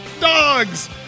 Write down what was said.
Dogs